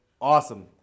Awesome